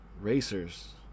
racers